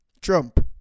Trump